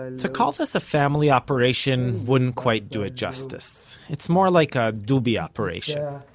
ah to call this a family operation wouldn't quite do it justice. it's more like a dubi operation.